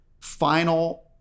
final